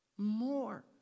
More